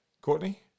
Courtney